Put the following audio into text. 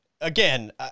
again